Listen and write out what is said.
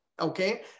Okay